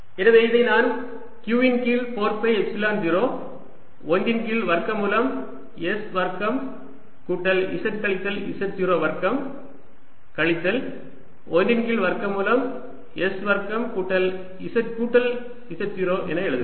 எனவே இதை நான் q இன் கீழ் 4 பை எப்சிலன் 0 1 இன் கீழ் வர்க்கமூலம் s வர்க்கம் கூட்டல் z கழித்தல் z0 வர்க்கம் கழித்தல் 1 இன் கீழ் வர்க்கமூலம் s வர்க்கம் கூட்டல் z கூட்டல் z0 என எழுதுவேன்